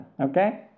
okay